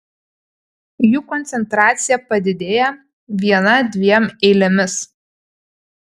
jų koncentracija padidėja viena dviem eilėmis